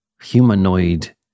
humanoid